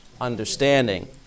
Understanding